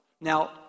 Now